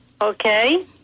Okay